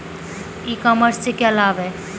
ई commerce से क्या क्या लाभ हैं?